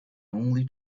only